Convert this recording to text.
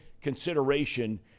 consideration